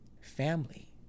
family